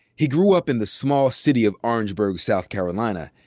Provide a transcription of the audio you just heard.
he grew up in the small city of orangeburg, south carolina.